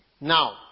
Now